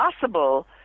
possible